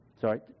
sorry